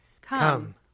Come